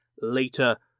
later